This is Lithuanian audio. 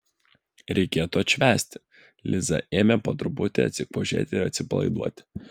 reikėtų atšvęsti liza ėmė po truputį atsikvošėti ir atsipalaiduoti